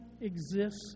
exists